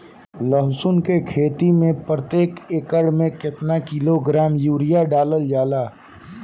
लहसुन के खेती में प्रतेक एकड़ में केतना किलोग्राम यूरिया डालल जाला?